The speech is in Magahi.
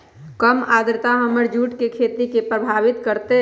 कम आद्रता हमर जुट के खेती के प्रभावित कारतै?